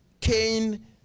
Cain